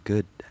Good